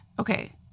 Okay